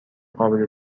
قابل